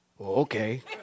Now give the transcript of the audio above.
okay